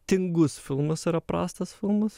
tingus filmas yra prastas filmas